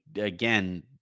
again